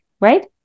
Right